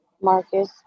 Marcus